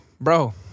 bro